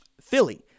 Philly